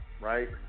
Right